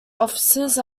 offices